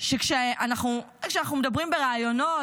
שאיך שאנחנו מדברים בראיונות,